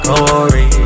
Corey